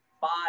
five